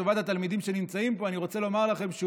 אז לטובת התלמידים שנמצאים פה אני רוצה לומר לכם שהוא